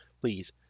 Please